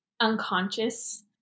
unconscious